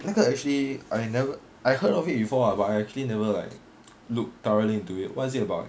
那个 actually I never I heard of it before ah but I actually never like look thoroughly into it what is it about